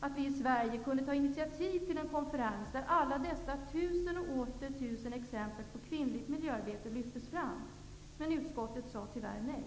att vi i Sverige kunde ta initiativ till en konferens där alla dessa tusen och åter tusen exempel på kvinnligt miljöarbete lyftes fram. Utskottet sade tyvärr nej.